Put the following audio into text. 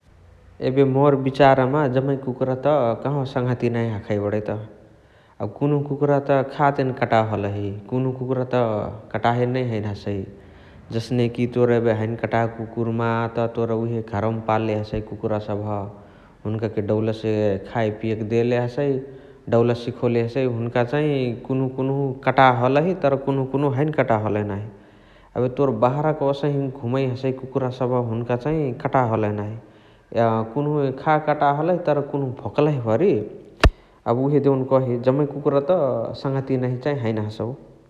एबे मोर बिचार मा जम्मे कुकुरा कहवा सङ्हतिय नहिया हखइ बणइ त । कुनुहु कुकुरा त खातेने कटाह हलही । कुनुहु कुकुरा त खातहे हैने हलही । जसने कि तोर एबे हैने कटाह कुकुर मा त तोर उहे घरवमा पालले हसइ कुकुरा सबह । हुनुकाके डौलसे खय पियके देले हसइ, डौलसे सिखोले हसइ । हुनुका चाही कुनुहु कुनुहु कटाह हलही तर कुनुहु कुनुहु हैने कटाह हलही नाही । एबे तोर बाहरा क ओसही घुमइ हसइ कुकुरा सबह हुनुका चाही कटाह हलही नाही । तर कुनुहु कटाह हलही तर कुनुहु भुकलही भरी एबे उहे देउन कही जम्मे कुकुरा त सङ्हतिय नहिया हैने हलही ।